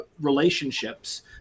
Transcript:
relationships